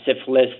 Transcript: syphilis